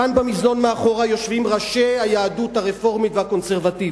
כאן במזנון מאחור יושבים ראשי היהדות הרפורמית והקונסרבטיבית.